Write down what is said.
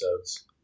episodes